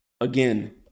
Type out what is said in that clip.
Again